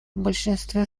большинстве